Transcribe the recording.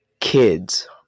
kids